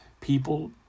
People